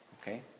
Okay